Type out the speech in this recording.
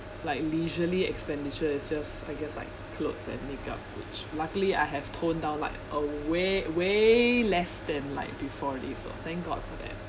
like leisurely expenditure is just I guess like clothes and makeup which luckily I have toned down like a way way less than like before already so thank god for that